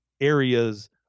areas